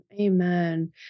Amen